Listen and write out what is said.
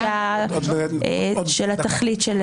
התכלית.